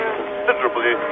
considerably